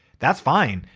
that's fine.